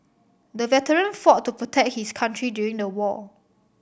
the veteran fought to protect his country during the war